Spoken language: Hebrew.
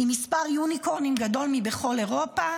עם מספר יוניקורנים גדול מבכל אירופה.